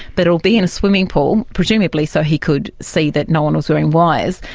but it will be in a swimming pool presumably so he could see that no one was wearing wires,